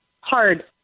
hard